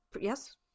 Yes